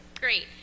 great